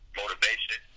motivation